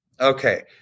Okay